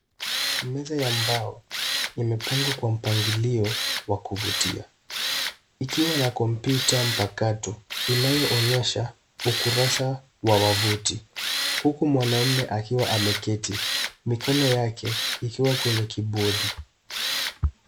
Ni meza ya mbao, imepangwa kwa mpangilio wa kuvutia ikiwa na kompyuta mpakato inayoonyesha ukurusa wa wavuti. Huku mwanaume akiwa ameketi. Mikono yake ikiwa kwenye kibodi.